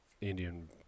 Indian